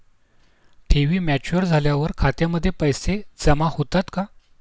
ठेवी मॅच्युअर झाल्यावर खात्यामध्ये पैसे जमा होतात का?